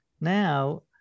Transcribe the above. now